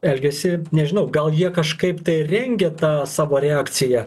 elgiasi nežinau gal jie kažkaip tai rengia tą savo reakciją